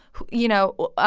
you know,